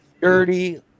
dirty